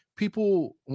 People